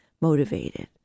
motivated